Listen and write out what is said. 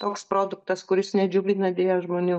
toks produktas kuris nedžiugina deja žmonių